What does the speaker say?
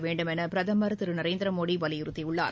வேண்டும் என பிரதமர் திரு நரேந்திர மோடி வலியுறுத்தியுள்ளார்